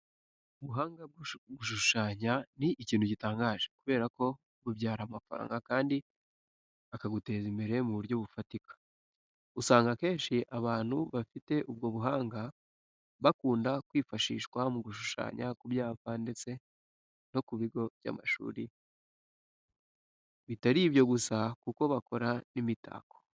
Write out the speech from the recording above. Ubuhanga bwo gushushanya ni ikintu gitangaje kubera ko bubyara amafaranga kandi akaguteza imbere mu buryo bufatika. Usanga akenshi abantu bafite ubwo buhanga bakunda kwifashishwa mu gushushanya ku byapa ndetse no ku bigo by'amashuri, bitari ibyo gusa kuko bakora n'imitako.